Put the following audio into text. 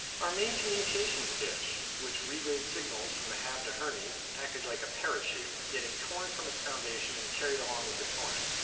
our main communications dish, which relayed signals from the hab to hermes, acted like a parachute, getting torn from its foundation and carried along with the torrent.